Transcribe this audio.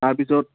তাৰপিছত